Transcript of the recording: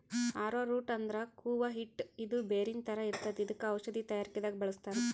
ಆರೊ root ಅಂದ್ರ ಕೂವ ಹಿಟ್ಟ್ ಇದು ಬೇರಿನ್ ಥರ ಇರ್ತದ್ ಇದಕ್ಕ್ ಔಷಧಿ ತಯಾರಿಕೆ ದಾಗ್ ಬಳಸ್ತಾರ್